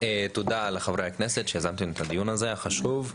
תודה לחברי הכנסת על יוזמת הדיון החשוב הזה.